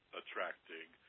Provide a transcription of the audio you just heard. attracting